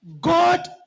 God